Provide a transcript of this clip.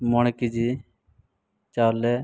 ᱢᱚᱬᱮ ᱠᱮᱡᱤ ᱪᱟᱣᱞᱮ